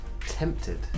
Tempted